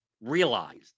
realized